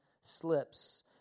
slips